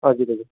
हजुर हजुर